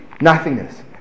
nothingness